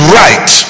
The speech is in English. right